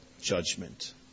judgment